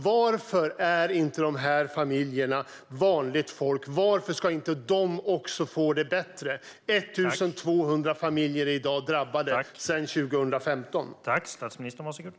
Varför är inte de här familjerna vanligt folk? Varför ska inte de också få det bättre? 1 200 familjer är i dag drabbade sedan 2015.